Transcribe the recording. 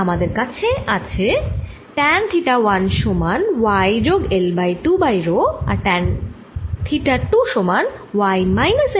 আমাদের আছে tan theta 1 সমান y যোগ L বাই 2 বাই রো আর ট্যান থিটা 2 সমান y minus L by 2 by rho